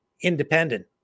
independent